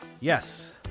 Yes